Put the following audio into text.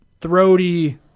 throaty